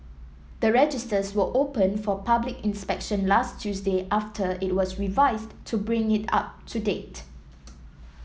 the registers were opened for public inspection last Tuesday after it was revised to bring it up to date